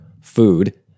Food